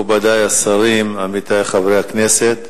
מכובדי השרים, עמיתי חברי הכנסת,